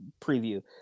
preview